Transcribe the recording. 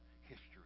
history